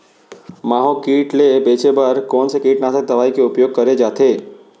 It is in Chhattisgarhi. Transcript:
माहो किट ले बचे बर कोन से कीटनाशक दवई के उपयोग करे जाथे?